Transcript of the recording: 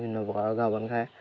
বিভিন্ন প্ৰকাৰৰ ঘাঁহ বন খায়